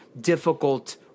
difficult